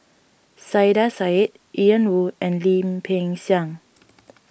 Saiedah Said Ian Woo and Lim Peng Siang